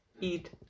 eat